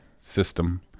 system